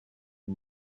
for